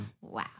Wow